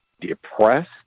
depressed